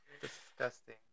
Disgusting